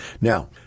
Now